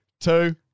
two